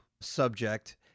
subject